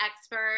expert